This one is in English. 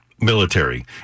military